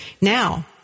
Now